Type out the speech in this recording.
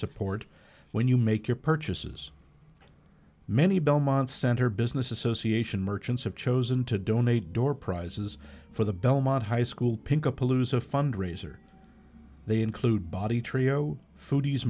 support when you make your purchases many belmont center business association merchants have chosen to donate door prizes for the belmont high school pink a palooza fundraiser they include body trio food